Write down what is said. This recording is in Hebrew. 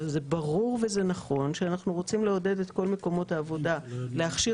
זה ברור וזה נכון שאנחנו רוצים לעודד את כל מקומות העבודה להכשיר